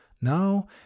Now